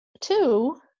two